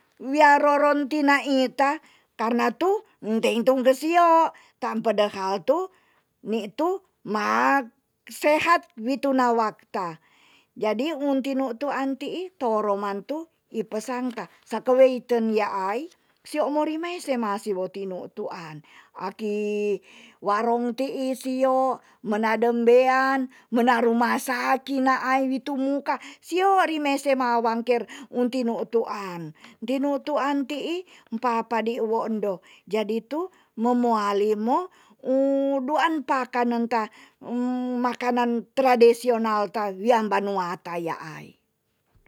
Wia roron tina ita karna tu nteintung ke sio tam pedehal tu nitu ma sehat wi tuna wakta jadi un tinutuan tii toro mantu i pesan ta saka weiten yaai sio mo rimai sema siwo tinutuan aki warong tii sio menda mbean mena ruma saki naai wi tumungka sio rimae si mawang ker un tinutuan tinutuan tii mpa padi wondo jadi tu momoali mo u duan pakan nenta um makanan tradisiona tam wiam banua ta yaai